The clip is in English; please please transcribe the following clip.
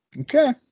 Okay